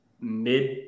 mid